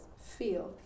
feel